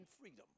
freedom